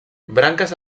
branques